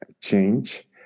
change